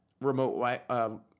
remote